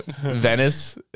Venice